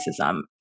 racism